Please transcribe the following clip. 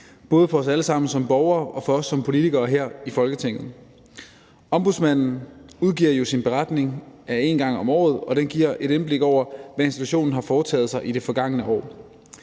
både for os alle sammen som borgere og for os som politikere her i Folketinget. Ombudsmanden udgiver jo sin beretning en gang om året, og den giver et overblik over, hvad institutionen har foretaget sig i det forgangne år.